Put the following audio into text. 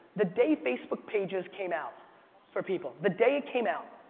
the day facebook pages came out for people, the day it came out,